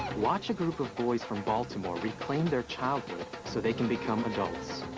watch a group of boys from baltimore reclaim their childhood so they can become adults.